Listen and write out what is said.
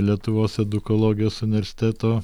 lietuvos edukologijos universiteto